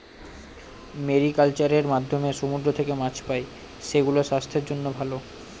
mariculture এর মাধ্যমে সমুদ্র থেকে মাছ পাই, সেগুলো স্বাস্থ্যের জন্য ভালো